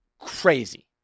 crazy